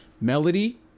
melody